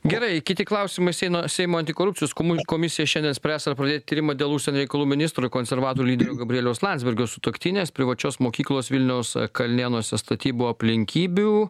gerai kiti klausimai seino seimo antikorupcijos kumis komisija šiandien spręs ar pradėti tyrimą dėl užsienio reikalų ministro konservatorių lyderio gabrieliaus landsbergio sutuoktinės privačios mokyklos vilniaus kalnėnuose statybų aplinkybių